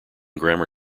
grammar